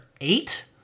eight